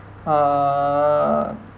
err